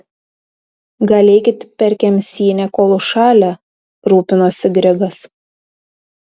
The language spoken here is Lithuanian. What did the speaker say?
gal eikit per kemsynę kol užšalę rūpinosi grigas